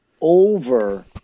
over